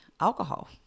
alcohol